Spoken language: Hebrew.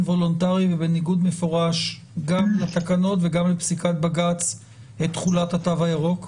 וולונטרי ובניגוד מפורש גם לתקנות וגם לפסיקת בג"צ את תחולת התו הירוק?